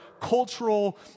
cultural